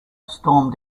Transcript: stormed